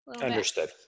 Understood